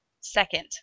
Second